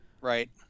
Right